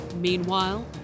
Meanwhile